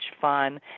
fun